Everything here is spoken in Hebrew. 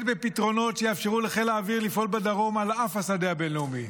בפתרונות שיאפשרו לחיל האוויר לפעול בדרום על אף השדה הבין-לאומי.